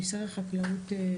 קק"ל עשתה קווי חיץ?